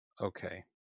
okay